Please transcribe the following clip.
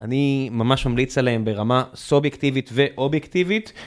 אני ממש ממליץ עליהם ברמה סובייקטיבית ואובייקטיבית.